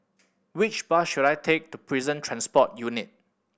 which bus should I take to Prison Transport Unit